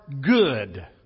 good